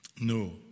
no